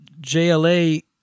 JLA